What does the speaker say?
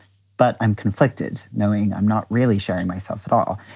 but i'm conflicted. knowing i'm not really sharing myself at all.